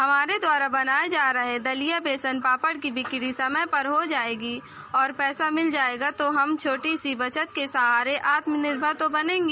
हमारे द्वारा बनाये गये दलिया पापड़ की बिक्री समय पर हो जाएगी और पैसा मिल जायेगा तो हम छोटी सी बचत के सहारे आत्मनिर्भर बनेगी